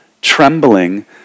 Trembling